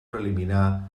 preliminar